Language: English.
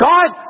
God